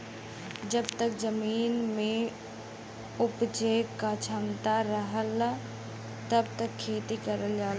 जब तक जमीन में उपराजे क क्षमता रहला तब तक खेती करल जाला